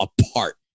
apart